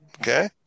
Okay